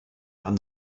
and